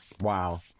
Wow